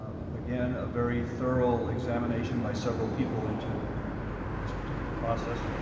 again, a very thorough examination by several people into this particular process,